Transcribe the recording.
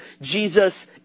Jesus